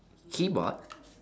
keyboard